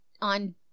on